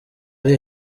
ari